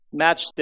matchstick